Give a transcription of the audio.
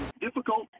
difficult